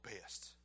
best